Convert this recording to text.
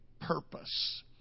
purpose